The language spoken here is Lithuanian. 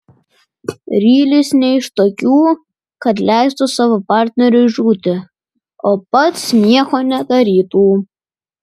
rylis ne iš tokių kad leistų savo partneriui žūti o pats nieko nedarytų